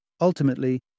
Ultimately